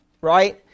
Right